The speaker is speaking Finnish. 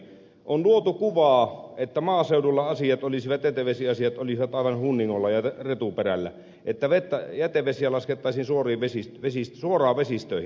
on luotu kuvaa että maaseudulla jätevesiasiat olisivat aivan hunningolla ja retuperällä että jätevesiä laskettaisiin suoraan vesistöihin